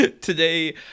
Today